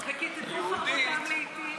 "וכתתו חרבותם לאתים".